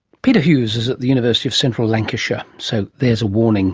peter hughes is at the university of central lancashire. so there's a warning